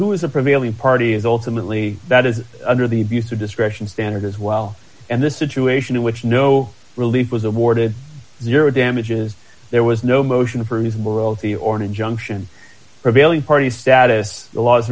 who is the prevailing party is ultimately that is under the abuse of discretion standard as well and the situation in which no relief was awarded the damages there was no motion for his morality or an injunction prevailing party status